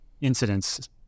incidents